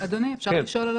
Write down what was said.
טליה, איך את רוצה לדווח?